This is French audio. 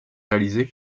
réaliser